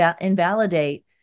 invalidate